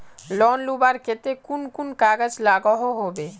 Loan लुबार केते कुन कुन कागज लागोहो होबे?